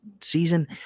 season